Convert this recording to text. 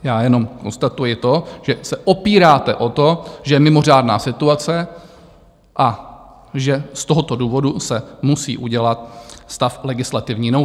Já jenom konstatuji to, že se opíráte o to, že je mimořádná situace a že z tohoto důvodu se musí udělat stav legislativní nouze.